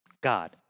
God